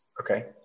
okay